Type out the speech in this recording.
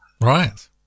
Right